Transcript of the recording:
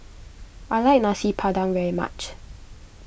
I like Nasi Padang very much